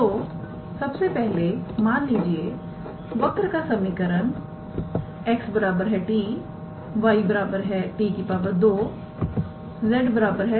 तो सबसे पहले मान लीजिए वक्र का समीकरण 𝑥 𝑡 𝑦 𝑡 2 𝑧 𝑡 3 है